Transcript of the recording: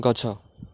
ଗଛ